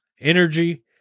energy